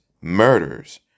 murders